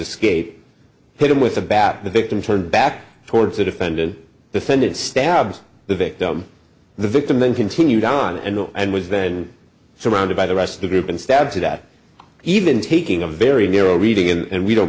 escape hit him with a bat the victim turned back towards the defendant the fended stabs the victim the victim then continued on and on and was then surrounded by the rest of the group and stabbed to death even taking a very narrow reading and we don't